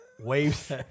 waves